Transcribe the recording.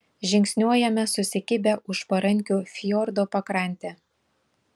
žingsniuojame susikibę už parankių fjordo pakrante